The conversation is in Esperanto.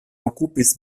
okupis